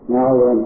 Now